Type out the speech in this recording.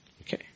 Okay